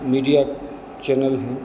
media channel हैं